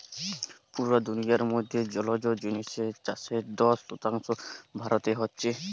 পুরা দুনিয়ার মধ্যে জলজ জিনিসের চাষের দশ শতাংশ ভারতে হচ্ছে